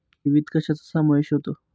ठेवीत कशाचा समावेश होतो?